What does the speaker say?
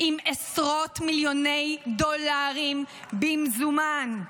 עם עשרות מיליוני דולרים במזומן.